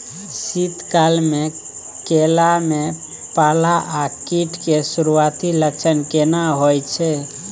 शीत काल में केला में पाला आ कीट के सुरूआती लक्षण केना हौय छै?